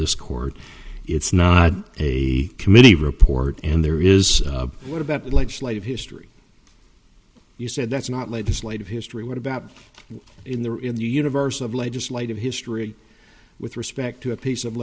this court it's not a committee report and there is what about legislative history you said that's not legislative history what about in there in the universe of legislative history with respect to a piece of